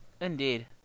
Indeed